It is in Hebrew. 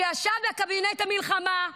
שישב בקבינט המלחמה,